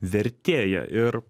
vertėja ir